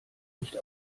nicht